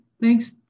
Thanks